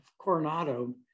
Coronado